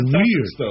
weird